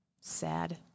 Sad